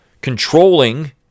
controlling